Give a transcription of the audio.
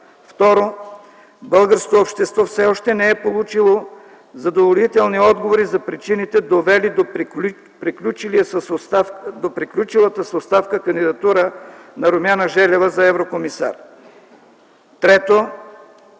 Второ, българското общество все още не е получило задоволителни отговори за причините, довели до приключилата с оставка кандидатура на Румяна Желева за еврокомисар. Трето,